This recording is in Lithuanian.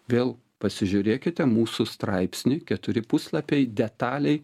vėl pasižiūrėkite mūsų straipsny keturi puslapiai detaliai